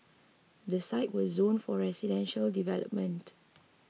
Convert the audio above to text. the sites were zoned for residential development